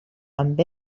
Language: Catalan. amb